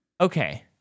Okay